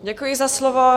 Děkuji za slovo.